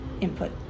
input